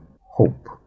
hope